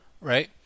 right